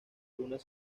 unas